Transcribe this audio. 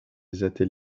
prévention